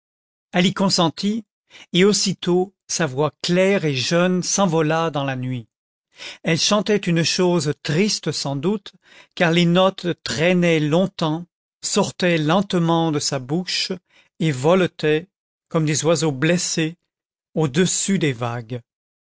elle y consentit et aussitôt sa voix claire et jeune s'envola dans la nuit elle chantait une chose triste sans doute car les notes traînaient longtemps sortaient lentement de sa bouche et voletaient comme des oiseaux blessés au dessus des vagues